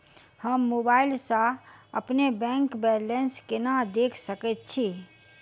हम मोबाइल सा अपने बैंक बैलेंस केना देख सकैत छी?